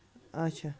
آچھہ